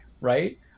right